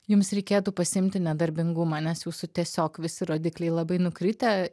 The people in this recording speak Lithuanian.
jums reikėtų pasiimti nedarbingumą nes jūsų tiesiog visi rodikliai labai nukritę